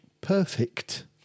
perfect